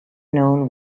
known